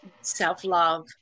self-love